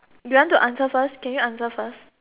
you want to answer first can you answer first